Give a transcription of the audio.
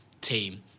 team